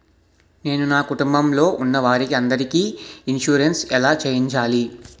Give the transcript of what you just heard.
నేను నా కుటుంబం లొ ఉన్న వారి అందరికి ఇన్సురెన్స్ ఎలా చేయించాలి?